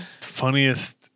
funniest